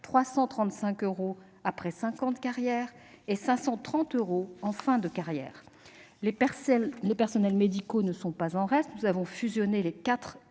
335 euros après cinq ans de carrière, et 530 euros en fin de carrière. Les personnels médicaux ne sont pas en reste : nous avons fusionné les quatre